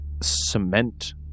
cement